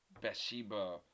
Bathsheba